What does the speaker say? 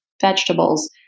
vegetables